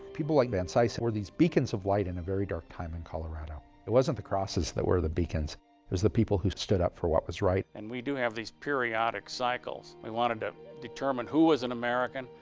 people like van cise were these beacons of light in a very dark time in colorado. it wasn't the crosses that were the beacons. it was the people who stood up for what was right. and we do have these periodic cycles. we wanted to determine who was an american,